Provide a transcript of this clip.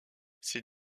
ces